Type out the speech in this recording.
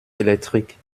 électrique